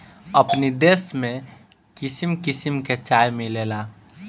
अपनी देश में किसिम किसिम के चाय मिलेला